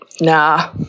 nah